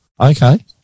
okay